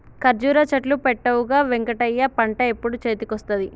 కర్జురా చెట్లు పెట్టవుగా వెంకటయ్య పంట ఎప్పుడు చేతికొస్తది